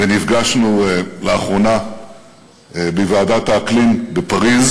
ונפגשנו לאחרונה בוועידת האקלים בפריז,